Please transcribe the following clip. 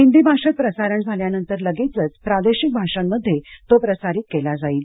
हिंदी भाषेत प्रसारण झाल्यानंतर लगेचच प्रादेशिक भाषांमध्ये तो प्रसारित केलं जाणार आहे